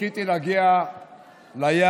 חיכיתי להגיע ליעד,